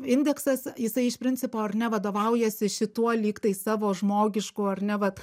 indeksas jisai iš principo ar ne vadovaujasi šituo lygtai savo žmogišku ar ne vat